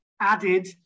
added